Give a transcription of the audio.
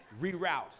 reroute